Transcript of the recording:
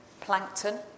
Plankton